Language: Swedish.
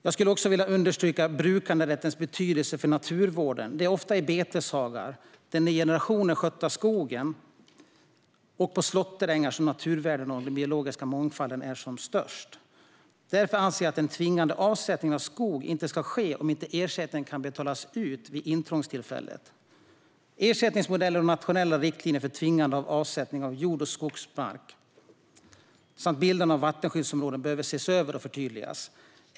Jag vill också understryka brukanderättens betydelse för naturvården. Det är ofta i beteshagar, i den i generationer skötta skogen och på slåtterängar som naturvärdena och den biologiska mångfalden är som störst. Därför anser jag att tvingande avsättning av skog inte ska ske om inte ersättning kan betalas ut vid intrångstillfället. Ersättningsmodeller och nationella riktlinjer för tvingande avsättning av jordbruks och skogsmark samt bildande av vattenskyddsområden behöver ses över och förtydligas.